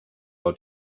our